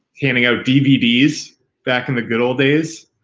handing out dvds back in the good old days,